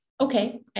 Okay